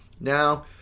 now